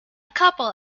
couple